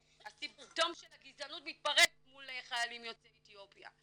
הסימפטום של הגזענות מתפרץ מול חיילים יוצאי אתיופיה.